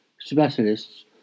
specialists